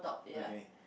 okay